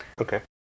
Okay